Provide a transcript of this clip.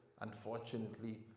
unfortunately